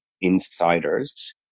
insiders